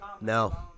No